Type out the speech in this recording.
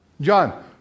John